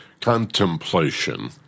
contemplation